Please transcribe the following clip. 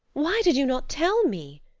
why did you not tell me?